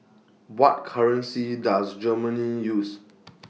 What currency Does Germany use